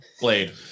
Blade